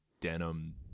denim